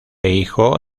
hijo